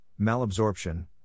malabsorption